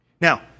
Now